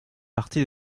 partie